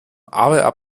aber